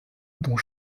dont